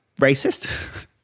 racist